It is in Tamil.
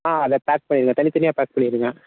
ஆ அதை பேக் பண்ணியிருங்க தனி தனியாக பேக் பண்ணியிருங்க